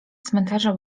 cmentarza